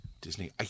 Disney